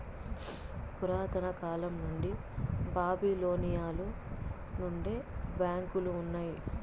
పురాతన కాలం నుండి బాబిలోనియలో నుండే బ్యాంకులు ఉన్నాయి